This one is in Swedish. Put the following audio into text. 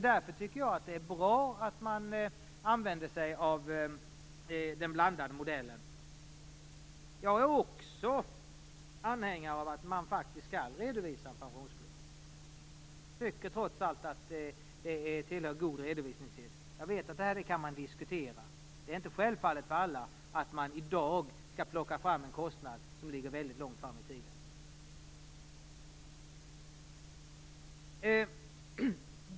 Därför tycker vi att det är bra att man använder sig av den blandade modellen. Jag är också anhängare av att man faktiskt skall redovisa en pensionsskuld. Jag tycker att det trots allt tillhör en god redovisningssed. Det kan man diskutera, för det är inte självklart för alla att man i dag skall plocka fram en kostnad som ligger väldigt långt framme i tiden.